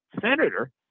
senator